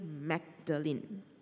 Magdalene